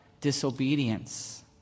disobedience